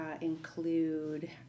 include